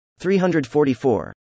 344